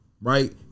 Right